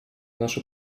наши